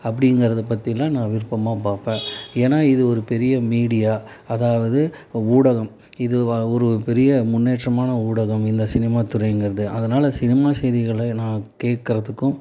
அப்படிங்கிறத பற்றிலாம் நான் விருப்பமாக பார்ப்பேன் ஏன்னால் இது ஒரு பெரிய மீடியா அதாவது ஊடகம் இது ஒரு பெரிய முன்னேற்றமான ஊடகம் இந்த சினிமா துறைங்கிறது அதனால சினிமா செய்திகளை நான் கேட்குறதுக்கும்